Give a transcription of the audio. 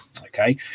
Okay